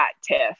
tiff